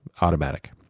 Automatic